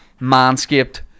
manscaped